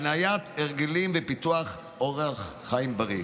להקניית הרגלים ולפיתוח אורח חיים בריא.